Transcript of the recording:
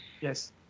Yes